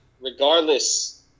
regardless